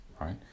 right